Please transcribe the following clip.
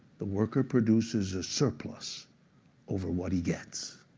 the worker produces a surplus over what he gets.